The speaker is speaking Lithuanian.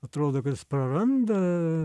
atrodo kad jis praranda